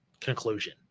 conclusion